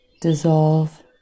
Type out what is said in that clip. dissolve